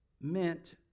meant